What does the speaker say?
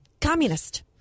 communist